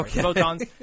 Photons